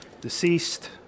Deceased